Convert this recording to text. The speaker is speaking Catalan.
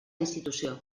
institució